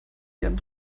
ihren